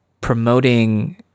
promoting